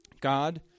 God